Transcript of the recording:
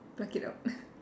pluck it out